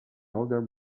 older